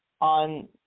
on